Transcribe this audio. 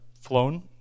flown